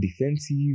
defensive